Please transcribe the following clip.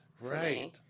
Right